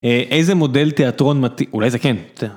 איזה מודל תיאטרון מתאים, אולי זה כן.